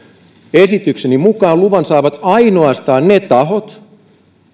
esitykseni mukaan luvan saavat ainoastaan ne tahot